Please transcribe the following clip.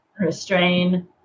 restrain